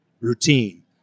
routine